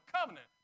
covenant